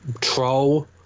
troll